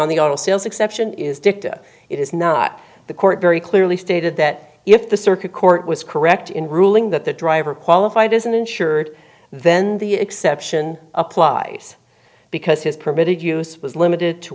on the auto sales exception is dicta it is not the court very clearly stated that if the circuit court was correct in ruling that the driver qualified isn't insured then the exception applies because his permitted use was limited to